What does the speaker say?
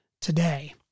today